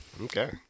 Okay